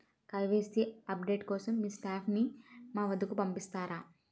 KYC update కోసం మీ staff ని మా వద్దకు పంపిస్తారా?